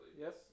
Yes